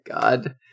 God